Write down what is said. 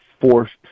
forced